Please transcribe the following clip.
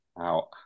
out